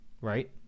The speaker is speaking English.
right